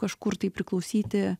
kažkur tai priklausyti